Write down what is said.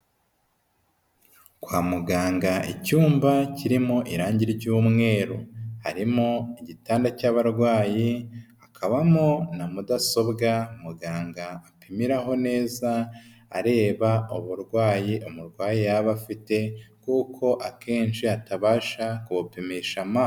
Kwa muganga icyumba kirimo irangi ry'umweru. Harimo igitanda cy'abarwayi hakabamo na mudasobwa muganga apimiraho neza areba uburwayi umurwayi yaba afite kuko akenshi atabasha kubapimisha maso.